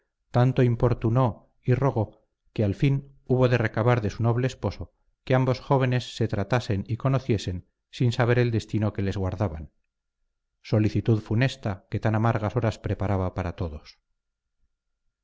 tanto importunó y rogó que al fin hubo de recabar de su noble esposo que ambos jóvenes se tratasen y conociesen sin saber el destino que les guardaban solicitud funesta que tan amargas horas preparaba para todos